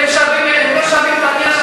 הם לא שווים את הנייר,